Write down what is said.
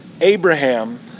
Abraham